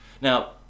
Now